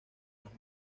las